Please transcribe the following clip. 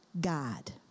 God